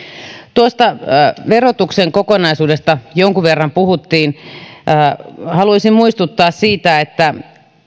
tuosta verotuksen kokonaisuudesta jonkun verran puhuttiin haluaisin muistuttaa siitä että